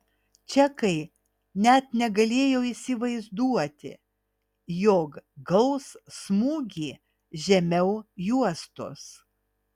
čekai net negalėjo įsivaizduoti jog gaus smūgį žemiau juostos